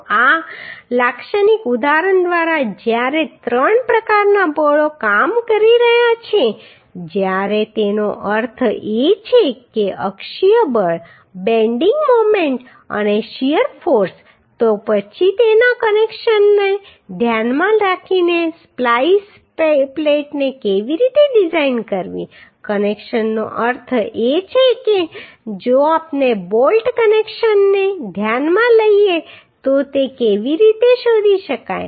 તો આ લાક્ષણિક ઉદાહરણ દ્વારા જ્યારે ત્રણ પ્રકારના બળો કામ કરી રહ્યા છે જ્યારે તેનો અર્થ એ છે કે અક્ષીય બળ બેન્ડિંગ મોમેન્ટ અને શીયર ફોર્સ તો પછી તેના કનેક્શનને ધ્યાનમાં રાખીને સ્પ્લાઈસ પ્લેટને કેવી રીતે ડિઝાઇન કરવી કનેક્શનનો અર્થ છે કે જો આપણે બોલ્ટ કનેક્શનને ધ્યાનમાં લઈએ તો તે કેવી રીતે શોધી શકાય